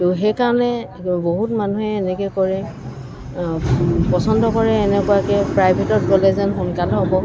তো সেইকাৰণে বহুত মানুহে এনেকৈ কৰে পচন্দ কৰে এনেকুৱাকৈ প্ৰাইভেটত গ'লে যেন সোনকাল হ'ব